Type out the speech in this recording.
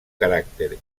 caràcter